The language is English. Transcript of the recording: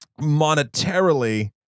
monetarily